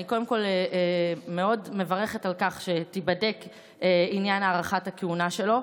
קודם כול אני מאוד מברכת על כך שייבדק עניין הארכת הכהונה שלו.